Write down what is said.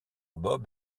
bob